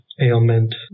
ailment